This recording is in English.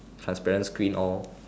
transparent screen all